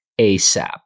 ASAP